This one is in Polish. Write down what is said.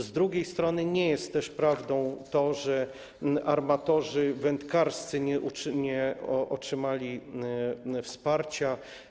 Z drugiej strony nie jest też prawdą to, że armatorzy wędkarscy nie otrzymali wsparcia.